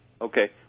Okay